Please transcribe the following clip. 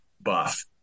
buff